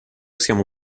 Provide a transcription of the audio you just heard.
siamo